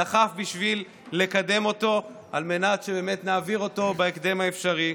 הוא דחף לקדם אותו על מנת שבאמת נעביר אותו בהקדם האפשרי.